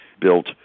built